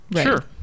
Sure